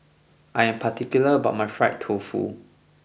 I am particular about my Fried Tofu